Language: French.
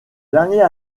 dernier